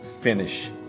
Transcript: finish